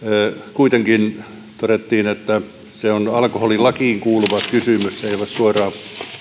kuitenkin todettiin että se on alkoholilakiin kuuluva kysymys ei suoraan